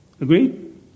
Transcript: Agreed